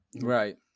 right